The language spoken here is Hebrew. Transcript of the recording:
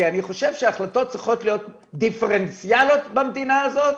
כי אני חושב שההחלטות צריכות להיות דיפרנציאליות במדינה הזאת,